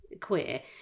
queer